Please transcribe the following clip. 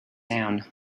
down